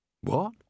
What